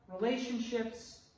relationships